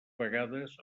vegades